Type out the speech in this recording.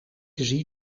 zie